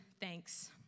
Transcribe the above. thanks